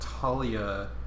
Talia